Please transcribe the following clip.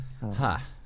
Ha